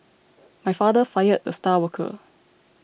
my father fired the star worker